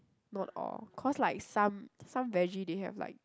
not all cause like some some vege they have like